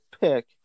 pick